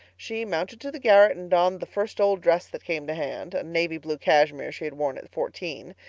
she mounted to the garret and donned the first old dress that came to hand. a navy blue cashmere she had worn at fourteen.